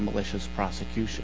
malicious prosecution